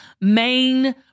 main